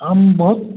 हम बहुत